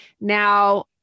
Now